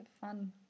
fun